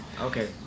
Okay